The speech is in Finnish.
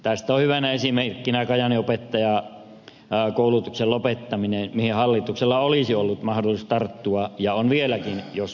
tästä on hyvänä esimerkkinä kajaanin opettajakoulutuksen lopettaminen mihin hallituksella olisi ollut mahdollisuus tarttua ja on vieläkin jos vain halutaan